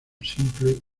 simple